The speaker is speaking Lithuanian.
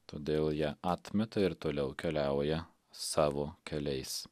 todėl ją atmeta ir toliau keliauja savo keliais